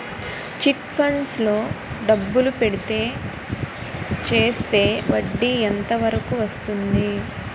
Chit funds లో డబ్బులు పెడితే చేస్తే వడ్డీ ఎంత వరకు వస్తుంది?